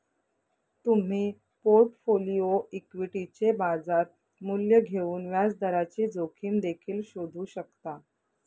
तुम्ही पोर्टफोलिओ इक्विटीचे बाजार मूल्य घेऊन व्याजदराची जोखीम देखील शोधू शकता